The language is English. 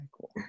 cool